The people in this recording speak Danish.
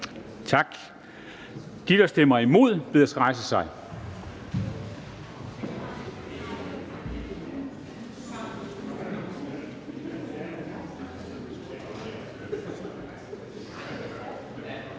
medlemmer, der stemmer imod, bedes rejse sig.